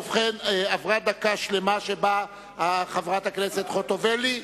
ובכן, עברה דקה שלמה שבה חברת הכנסת חוטובלי,